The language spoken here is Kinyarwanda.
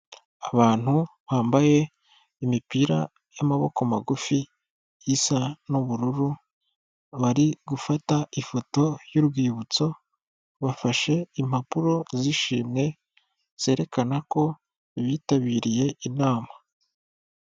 Abantu bambaye imipira y'amaboko magufi isa n'ubururu bari gufata ifoto y'urwibutso bafashe impapuro z'ishimwe zerekana ko bitabiriye inama.